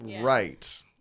Right